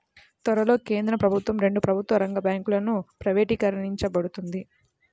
త్వరలో కేంద్ర ప్రభుత్వం రెండు ప్రభుత్వ రంగ బ్యాంకులను ప్రైవేటీకరించబోతోంది